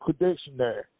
Dictionary